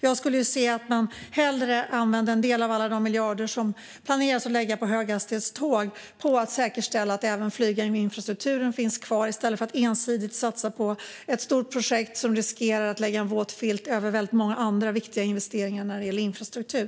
Jag skulle hellre se att man använde en del av alla de miljarder man planerar att lägga på höghastighetståg på att säkerställa att även flyginfrastrukturen finns kvar, i stället för att ensidigt satsa på ett stort projekt som riskerar att lägga en våt filt över många andra viktiga investeringar när det gäller infrastruktur.